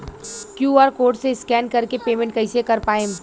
QR code से scan कर के पेमेंट कइसे कर पाएम?